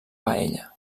paella